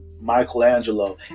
Michelangelo